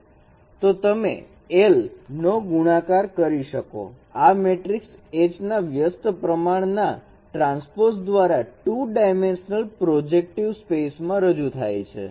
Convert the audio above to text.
તો તમે l નો ગુણાકાર કરી શકો આ મેટ્રિક્સ H ના વ્યસ્ત પ્રમાણ ના ટ્રાન્સપોઝ દ્વારા 2 ડાયમેન્શનલ પ્રોજેક્ટિવ સ્પેસમાં રજૂ થાય છે